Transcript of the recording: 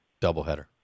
doubleheader